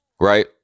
Right